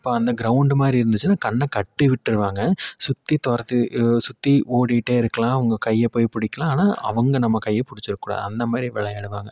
இப்போ அந்த க்ரௌண்ட் மாதிரி இருந்துச்சுன்னா கண்ணை கட்டி விட்ருவாங்க சுற்றி துரத்தி சுற்றி ஓடிகிட்டே இருக்கலாம் அவங்க கைய போய் பிடிக்கலாம் ஆனால் அவங்க நம்ம கையை பிடிச்சிர கூடாது அந்தமாதிரி விளையாடுவாங்க